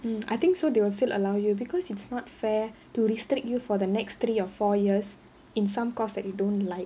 hmm I think so they will still allow you because it's not fair to restrict you for the next three or four years in some course that you don't like